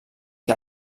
que